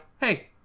hey